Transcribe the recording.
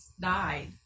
died